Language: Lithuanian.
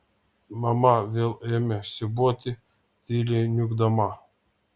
mama vėl ėmė siūbuoti tyliai niūkdama